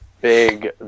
big